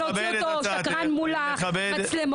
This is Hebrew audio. להוציא אותו שקרן מול המצלמות.